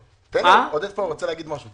עודד רוצה להגיד משהו.